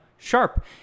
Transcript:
Sharp